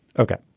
ok.